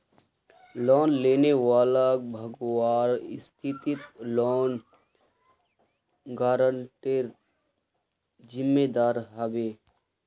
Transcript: loan लेने वालाक भगवार स्थितित लोन गारंटरेर जिम्मेदार ह बे